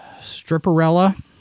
Stripperella